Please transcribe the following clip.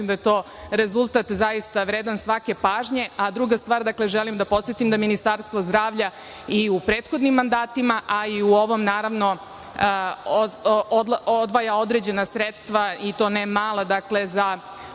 da je to rezultat zaista vredan svake pažnje. Druga stvar, želim da podsetim da Ministarstvo zdravlja i u prethodnim mandatima, a i u ovom, naravno, odvaja određena sredstva, i to ne mala, za